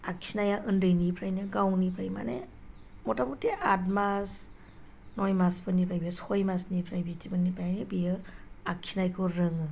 आखिनाया उन्दैनिफ्रायनो गावनिफ्राय मानि मथामथि आत मास नय मासफोरनिफ्रायबो सय मासनिफ्राय बिदिफोरनिफ्राय बियो आखिनायखौ रोङो